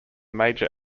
major